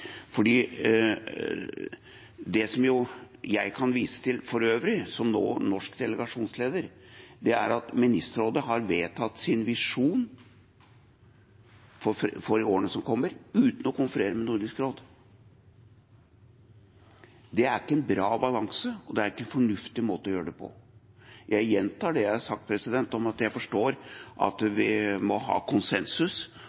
Det jeg som norsk delegasjonsleder for øvrig kan vise til, er at Ministerrådet har vedtatt sin visjon for årene som kommer, uten å konferere med Nordisk råd. Det er ikke en bra balanse, og det er ikke en fornuftig måte å gjøre det på. Jeg gjentar det jeg har sagt om at jeg forstår at